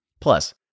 Plus